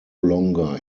longer